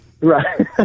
Right